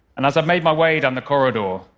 and as i made my way down the corridor,